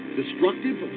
destructive